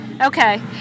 okay